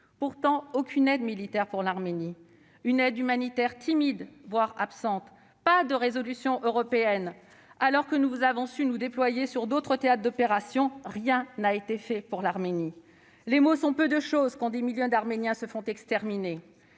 pourtant : aucune aide militaire pour l'Arménie, une aide humanitaire timide, voire absente, pas de résolution européenne ! Alors que nous avons su nous déployer sur d'autres théâtres d'opérations, rien n'a été fait pour l'Arménie. Les mots sont peu de chose quand des milliers d'Arméniens se font exterminer.